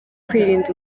kwirinda